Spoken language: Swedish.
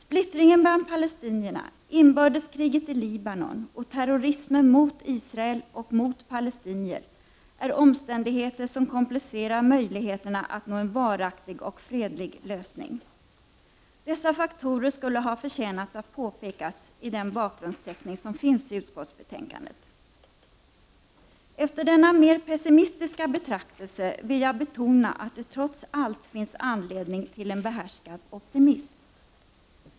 Splittringen bland palestinierna, inbördeskriget i Libanon och terrorismen mot Israel och mot palestinier är omständigheter som komplicerar möjligheterna att nå en varaktig och fredlig lösning. Dessa faktorer skulle ha förtjänat att påpekas i den bakgrundsteckning som finns i utskottsbetänkandet. Efter denna mer pessimistiska betraktelse vill jag betona att det trots allt finns anledning till en behärskad optimism.